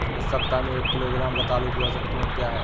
इस सप्ताह में एक किलोग्राम रतालू की औसत कीमत क्या है?